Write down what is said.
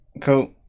cool